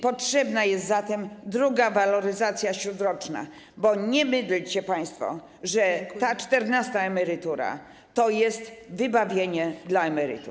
Potrzebna jest zatem druga waloryzacja śródroczna, bo nie mydlcie państwo oczu, że czternasta emerytura to jest wybawienie dla emerytów.